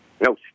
No